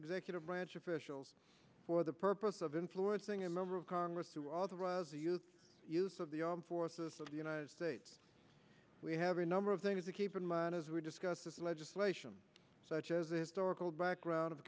executive branch officials for the purpose of influencing a member of congress to authorize the use of the armed forces of the united states we have a number of things to keep in mind as we discuss this legislation such as a historical background of